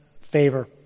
favor